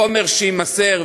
חומר שיימסר,